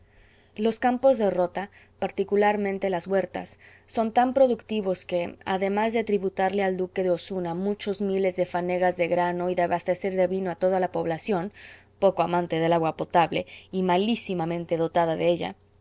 los campos de rota particularmente las huertas son tan productivos que además de tributarle al duque de osuna muchos miles de fanegas de grano y de abastecer de vino a toda la población poco amante del agua potable y malísimamente dotada de ella surten de frutas y legumbres